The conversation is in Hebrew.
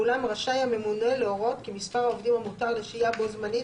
ואולם רשאי הממונה להורות כי מספר העובדים המותר לשהייה בו־זמנית